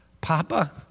Papa